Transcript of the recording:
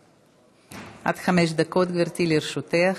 עד חמש דקות, גברתי, לרשותך.